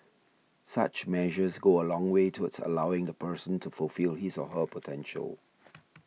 such measures go a long way towards allowing the person to fulfil his or her potential